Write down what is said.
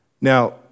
Now